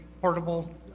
portable